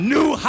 New